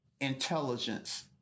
intelligence